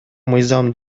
мыйзам